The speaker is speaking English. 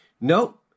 Nope